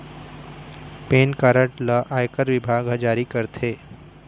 PAN card ल आयकर बिभाग ह जारी करथे